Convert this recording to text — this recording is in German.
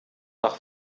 nach